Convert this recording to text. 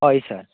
हय सर